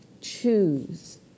choose